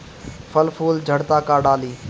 फल फूल झड़ता का डाली?